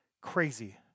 Crazy